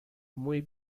muy